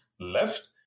left